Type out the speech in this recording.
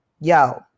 yo